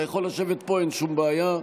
אתה יכול לשבת פה, אין שום בעיה.